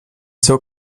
seu